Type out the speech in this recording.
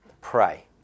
pray